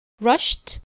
rushed